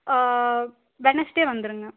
Wednesday வந்துடுங்க